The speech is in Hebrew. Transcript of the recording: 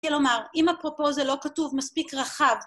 כלומר, אם אפרופו זה לא כתוב מספיק רחב...